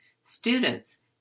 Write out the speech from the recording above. Students